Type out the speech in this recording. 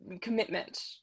commitment